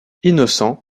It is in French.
innocent